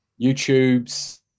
youtubes